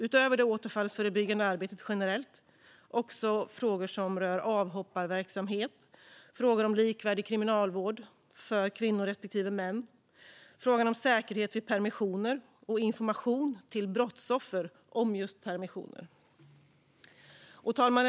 Utöver det återfallsförebyggande arbetet generellt tar det också upp frågor som rör avhopparverksamhet, likvärdig kriminalvård för kvinnor respektive män, säkerhet vid permissioner och information till brottsoffer om just permissioner. Herr talman!